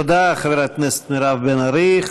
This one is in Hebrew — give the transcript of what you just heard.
תודה, חברת הכנסת מירב בן ארי.